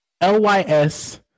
L-Y-S